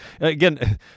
Again